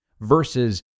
versus